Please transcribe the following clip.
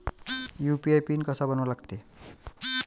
UPI PIN कसा बनवा लागते?